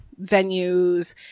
venues